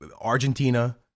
Argentina